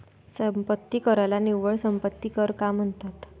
संपत्ती कराला निव्वळ संपत्ती कर का म्हणतात?